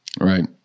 Right